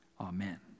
Amen